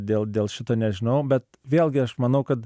dėl dėl šito nežinau bet vėlgi aš manau kad